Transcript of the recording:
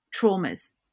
traumas